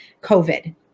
covid